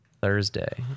Thursday